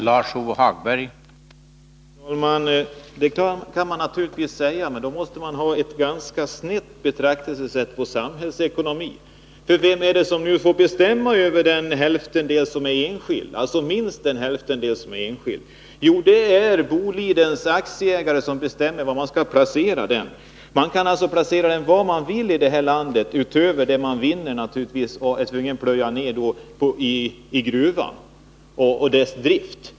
Herr talman! Man kan naturligtvis resonera som industriministern gör, men då måste man ha ett ganska snett betraktelsesätt när det gäller samhällsekonomi. Vem är det som får bestämma över minst den hälftenandel som är enskild? Jo, det är Bolidens aktieägare som bestämmer var den skall placeras. De kan placera den var de vill i landet, förutom det som man måste plöja ner i gruvan och dess drift.